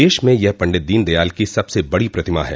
देश में यह पण्डित दीन दयाल की सबसे बड़ी प्रतिमा है